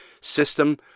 system